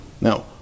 Now